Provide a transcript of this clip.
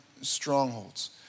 strongholds